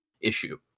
issue